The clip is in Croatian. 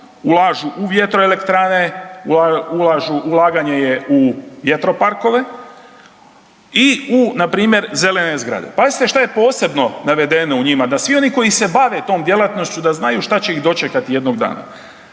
ulažu u vjetroelektrane, ulažu u, ulaganje je u vjetroparkove i u npr. zelene zgrade. Pazite što je posebno navedeno u njima, da svi oni koji se bave tom djelatnošću, da znaju šta će ih dočekati jednoga dana.